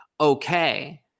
okay